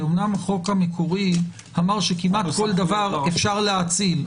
אמנם החוק המקורי אמר שכמעט כל דבר אפשר להאציל,